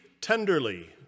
tenderly